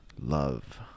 Love